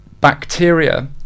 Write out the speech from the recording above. bacteria